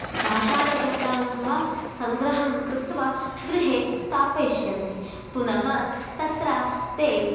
पाषाणखण्डानां वा सङ्ग्रहणं कृत्वा गृहे स्थापयिष्यन्ति पुनः तत्र ते